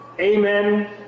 Amen